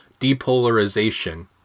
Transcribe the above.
depolarization